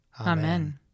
Amen